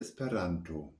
esperanto